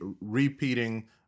repeating